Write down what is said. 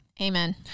Amen